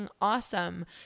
awesome